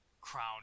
crown